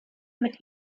mit